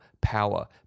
power